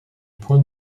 point